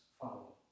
follow